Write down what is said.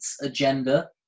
agenda